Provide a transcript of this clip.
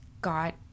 got